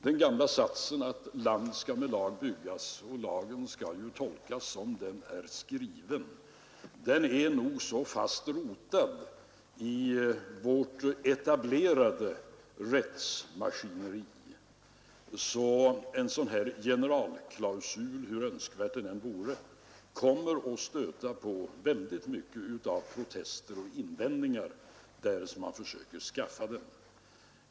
Den gamla satsen: ”Land skall med lag byggas” — och lagen skall ju tolkas som den är skriven — är nog så fast rotad i vårt etablerade rättsmaskineri att en sådan generalklausul, hur önskvärd den än vore, skulle komma att mötas av en mängd protester och invändningar, därest man försökte införa den.